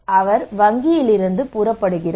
அவர் வங்கியில் இருந்து புறப்படுகிறார்